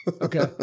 Okay